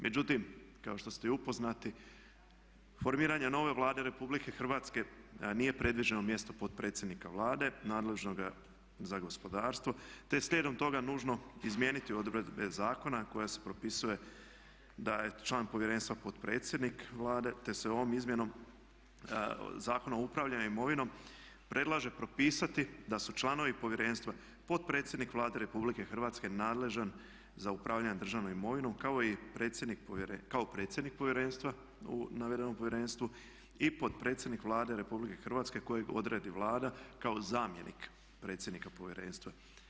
Međutim, kao što ste i upoznati formiranje nove Vlade RH nije predviđeno mjesto potpredsjednika Vlade nadležnoga za gospodarstvo, te je slijedom toga nužno izmijeniti odredbe zakona koje se propisuje da je član povjerenstva potpredsjednik Vlade, te se ovom izmjenom Zakona o upravljanju imovinom predlaže propisati da su članovi povjerenstva potpredsjednik Vlade Republike Hrvatske nadležan za upravljanje državnom imovinom kao predsjednik povjerenstva u navedenom povjerenstvu i potpredsjednik Vlade RH kojeg odredi Vlada kao zamjenik predsjednika povjerenstva.